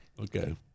okay